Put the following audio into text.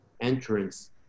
entrance